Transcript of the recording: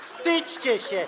Wstydźcie się.